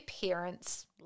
parents